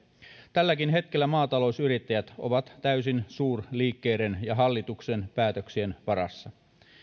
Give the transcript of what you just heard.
tälläkin hetkellä maatalousyrittäjät ovat täysin suurliikkeiden ja hallituksen päätöksien varassa